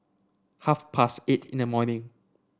half past eight in the morning